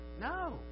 No